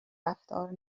رفتار